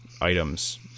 items